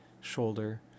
shoulder